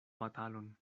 batalon